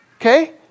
Okay